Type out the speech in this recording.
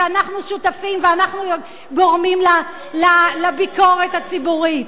שאנחנו שותפים ואנחנו גורמים לביקורת הציבורית.